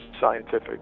scientific